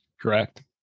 Correct